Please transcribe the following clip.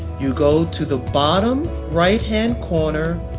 you go to the bottom right-hand corner,